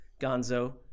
gonzo